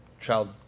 child